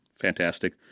fantastic